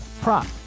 prop